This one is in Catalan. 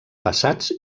passats